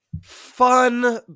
fun